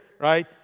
right